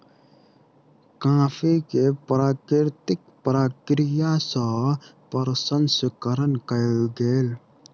coffee के प्राकृतिक प्रक्रिया सँ प्रसंस्करण कयल गेल